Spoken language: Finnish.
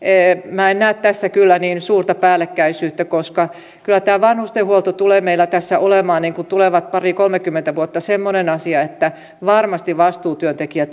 minä en kyllä näe tässä niin suurta päällekkäisyyttä koska kyllä tämä vanhustenhuolto tulee meillä tässä olemaan tulevat pari kolmekymmentä vuotta semmoinen asia että varmasti vastuutyöntekijä